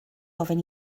ofyn